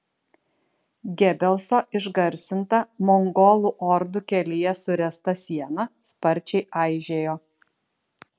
gebelso išgarsinta mongolų ordų kelyje suręsta siena sparčiai aižėjo